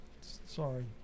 Sorry